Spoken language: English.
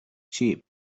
cheap